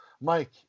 Mike